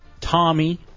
Tommy